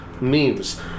memes